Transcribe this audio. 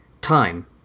Time